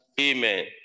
amen